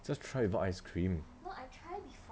just try without ice cream